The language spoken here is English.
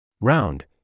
round